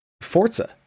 Forza